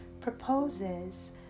proposes